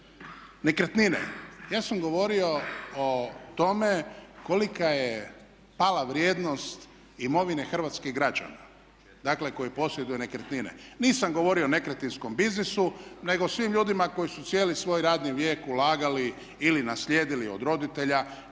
Nekretnine. Ja sam govorio o tome kolika je pala vrijednost imovine hrvatskih građana, dakle koji posjeduju nekretnine. Nisam govorio o nekretninskom biznisu, nego svim ljudima koji su cijeli svoj radni vijek ulagali ili naslijedili od roditelja